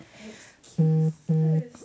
excuses